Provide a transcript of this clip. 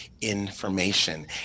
information